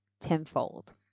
tenfold